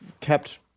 kept